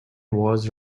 was